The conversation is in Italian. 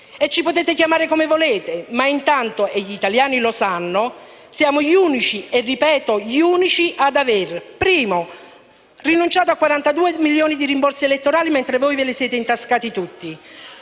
Ci potete chiamare come volete, ma intanto - e gli italiani lo sanno - siamo gli unici - e ripeto: gli unici - ad aver rinunciato a 42 milioni di rimborsi elettorali, mentre voi ve li siete intascati tutti.